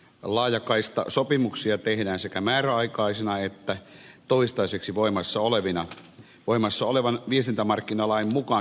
laajakaistasopimuksia tehdään sekä määräaikaisina että toistaiseksi voimassa olevina